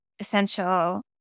essential